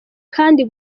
kandi